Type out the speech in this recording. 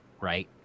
right